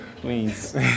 Please